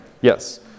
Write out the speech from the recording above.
Yes